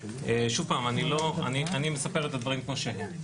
שוב פעם, אני לא, אני מספר את הדברים כמו שהם.